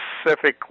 specifically